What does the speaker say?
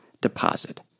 deposit